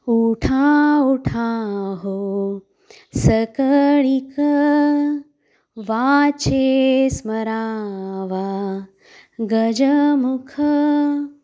उठा उठा हो सकळीक वाचे स्मरावा गजमुख